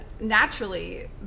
naturally